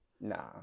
nah